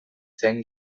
zen